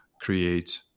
create